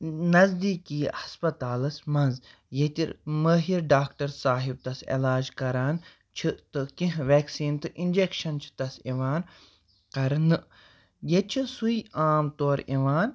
نزدیٖکی ہَسپَتالَس منٛز ییٚتہِ مٲہر ڈاکٹر صاحِب تَس علاج کَران چھِ تہٕ کیٚنٛہہ ویٚکسیٖن تہٕ اِنجیٚکشَن چھِ تَس یِوان کَرنہٕ ییٚتہِ چھِ سُے عام طور یِوان